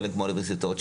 חלק מהאוניברסיטאות,